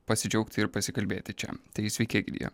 pasidžiaugti ir pasikalbėti čia tai sveiki gyvi